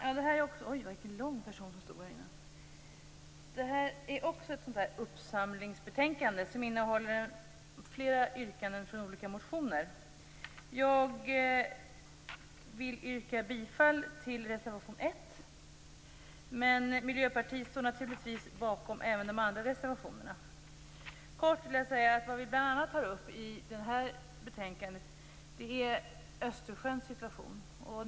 Fru talman! Det här är också ett uppsamlingsbetänkande, som behandlar flera yrkanden från olika motioner. Jag vill yrka bifall till reservation 1, men Miljöpartiet står naturligtvis bakom även de andra reservationerna. Kort vill jag säga att vad vi bl.a. tar upp i det här betänkandet är Östersjöns situation.